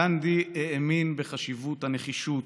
גנדי האמין בחשיבות הנחישות,